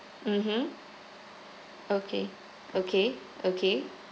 mmhmm okay okay okay